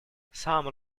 some